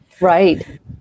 Right